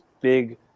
big